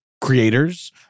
creators